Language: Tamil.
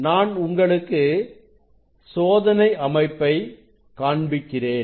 நான் உங்களுக்கு சோதனை அமைப்பை காண்பிக்கிறேன்